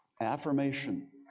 affirmation